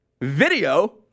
video